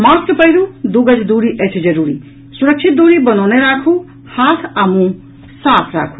mask पहिरू दू गज दूरी अछि जरूरी सुरक्षित दूरी बनौने राखू हाथ आ मुंह साफ राखू